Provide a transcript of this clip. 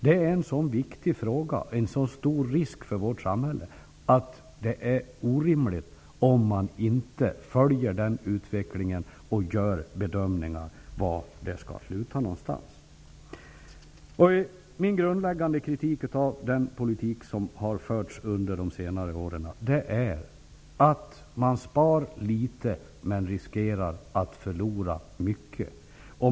Frågan är så viktig och risken i vårt samhälle är så stor att det vore orimligt om man inte följer utvecklingen för att kunna bedömma hur det hela kommer att sluta. Min grundläggande kritik av den politik som har förts under senare år är att man sparar litet men riskerar att förlora mycket.